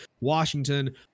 Washington